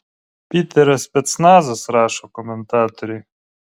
piterio specnazas rašo komentatoriai